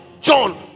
John